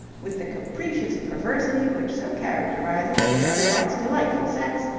with the capricious perversity which so characterizes her otherwise delightful sex,